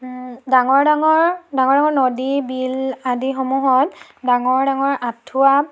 ডাঙৰ ডাঙৰ ডাঙৰ ডাঙৰ নদী বিল আদিসমূহত ডাঙৰ ডাঙৰ আঠুৱা